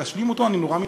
אני קיבלתי,